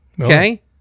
okay